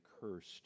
cursed